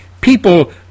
people